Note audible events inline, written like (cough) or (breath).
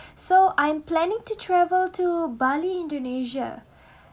so I'm planning to travel to bali indonesia (breath)